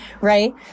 right